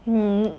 mm